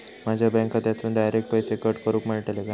माझ्या बँक खात्यासून डायरेक्ट पैसे कट करूक मेलतले काय?